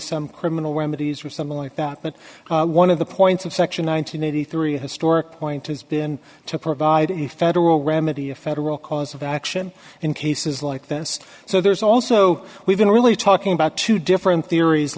some criminal remedies or something like that but one of the points of section nine hundred eighty three historic point has been to provide a federal remedy a federal cause of action in cases like this so there's also we've been really talking about two different theories